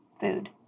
Food